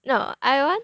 no I want